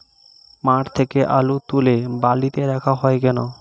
মাঠ থেকে আলু তুলে বালিতে রাখা হয় কেন?